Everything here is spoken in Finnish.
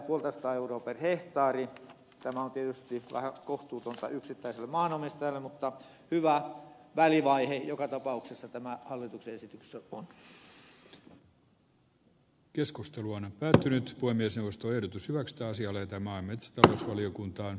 tämä on tietysti vähän kohtuutonta yksittäiselle maanomistajalle mutta hyvä välivaihe joka tapauksessa tämä hallituksen esitys on päätynyt voi myös nostoyritys vastaisi alentamaan valiokuntaan